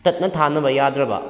ꯇꯠꯅ ꯊꯥꯅꯕ ꯌꯥꯗ꯭ꯔꯕ